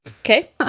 Okay